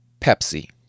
Pepsi